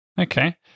Okay